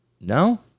no